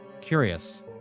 Curious